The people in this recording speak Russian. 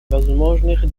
возможных